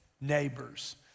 neighbors